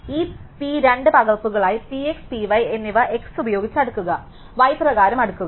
അതിനാൽ ആ P രണ്ട് പകർപ്പുകളായി P x P y എന്നിവ x ഉപയോഗിച്ച് അടുക്കുക y പ്രകാരം അടുക്കുക